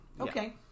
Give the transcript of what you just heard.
Okay